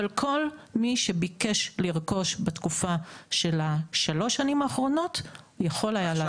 כל מי שביקש לרכוש בתקופה של השלוש שנים האחרונות יכול היה לעשות זאת.